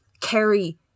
carry